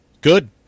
Good